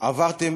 עברתם